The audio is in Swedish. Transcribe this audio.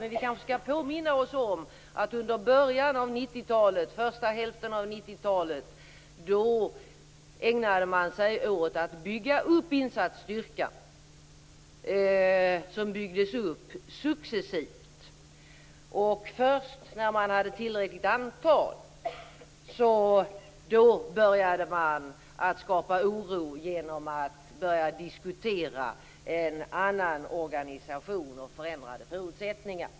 Men vi kanske skall påminna oss om att under början av 90-talet, den första hälften av 90-talet, ägnade man sig åt att bygga upp insatsstyrkan. Den byggdes upp successivt. Först när man hade tillräckligt antal började man skapa oro genom att börja diskutera en annan organisation och förändrade förutsättningar.